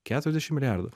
keturiasdešim milijardų